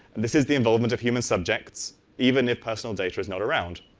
this is the involvements of human subjects, even if personal data is not around.